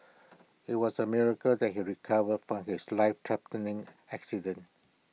IT was A miracle that he recovered from his lifethreatening accident